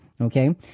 Okay